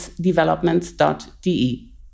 developments.de